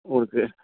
okay